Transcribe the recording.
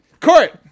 Court